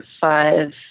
five